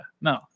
No